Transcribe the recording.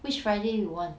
which friday you want